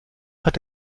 hat